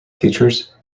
teachers